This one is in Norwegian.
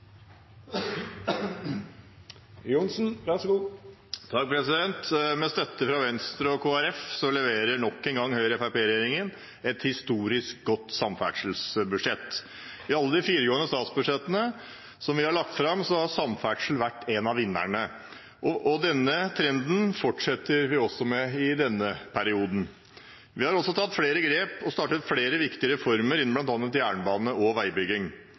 Med støtte fra Venstre og Kristelig Folkeparti leverer nok en gang Høyre–Fremskrittsparti-regjeringen et historisk godt samferdselsbudsjett. I alle de fire foregående statsbudsjettene som vi har lagt fram, har samferdsel vært en av vinnerne, og denne trenden fortsetter vi med i denne perioden. Vi har også tatt flere grep og startet viktige reformer innen bl.a. jernbane og veibygging.